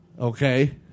Okay